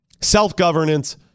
Self-governance